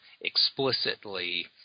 explicitly